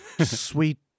sweet